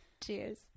cheers